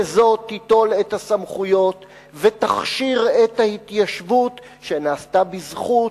וזו תיטול את הסמכויות ותכשיר את ההתיישבות שנעשתה בזכות,